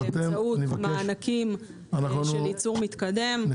באמצעות מענקים של ייצור מתקדם --- אני